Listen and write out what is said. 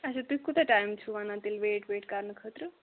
اَچھا تُہۍ کوٗتاہ ٹایم چھُو وَنان تیٚلہِ ویٹ ویٹ کَرنہٕ خٲطرٕ